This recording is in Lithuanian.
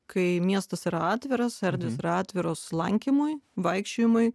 kai miestas yra atviras erdves ir atviros lankymui vaikščiojimui